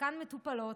חלקן מטופלות,